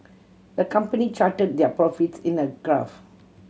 the company charted their profits in a graph